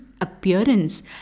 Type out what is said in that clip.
appearance